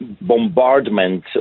bombardment